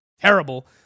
terrible